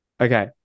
Okay